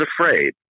afraid